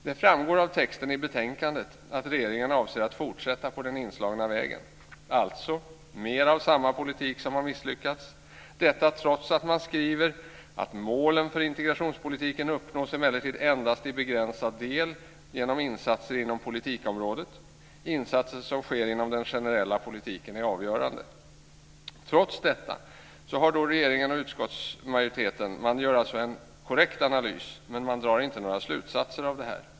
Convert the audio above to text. Det framgår av texten i betänkandet att regeringen avser att fortsätta på den inslagna vägen - alltså mer av samma politik som har misslyckats, detta trots att man skriver att målen för integrationspolitiken emellertid endast i begränsad del uppnås genom insatser inom politikområdet. Insatser som sker inom den generella politiken är avgörande. Regeringen och utskottsmajoriteten gör en korrekt analys, men man drar inte några slutsatser av det här.